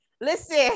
Listen